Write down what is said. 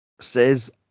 says